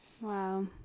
Wow